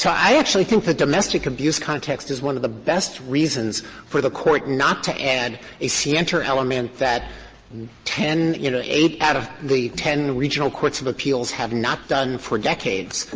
i actually think that domestic abuse context is one of the best reasons for the court not to add a scienter element that ten you know, eight out of the ten regional courts of appeals have not done for decades.